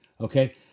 okay